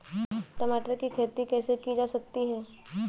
टमाटर की खेती कैसे की जा सकती है?